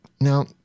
Now